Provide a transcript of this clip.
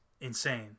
insane